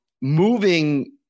moving